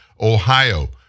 Ohio